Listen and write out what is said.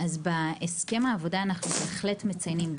אז בהסכם העבודה אנחנו בהחלט מציינים.